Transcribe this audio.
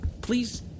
Please